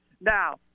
Now